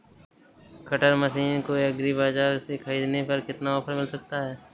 Cutter machine को agri बाजार से ख़रीदने पर कितना ऑफर मिल सकता है?